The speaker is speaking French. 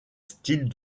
style